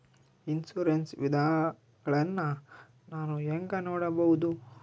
Insurance ವಿಧಗಳನ್ನ ನಾನು ಹೆಂಗ ನೋಡಬಹುದು?